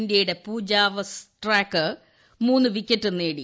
ഇന്ത്യയുടെ പൂജവസ്ട്രാക്കർ മൂന്ന് വിക്കറ്റ് നേടി